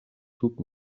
توپ